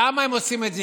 למה הם עושים את זה?